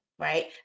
Right